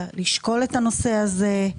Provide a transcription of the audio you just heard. לשקול את הנושא הזה,